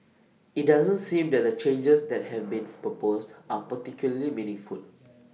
IT doesn't seem that the changes that have been proposed are particularly meaningful